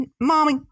Mommy